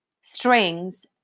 strings